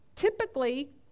Typically